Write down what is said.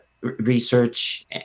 research